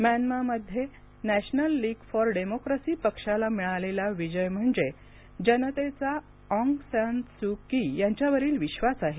म्यानमाँमध्ये nation league for democracy पक्षाला मिळालेला विजय म्हणजे जनतेचा आँग सान स्यू की यांच्यावरील विश्वास आहे